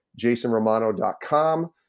jasonromano.com